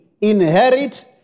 inherit